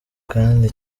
kandi